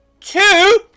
two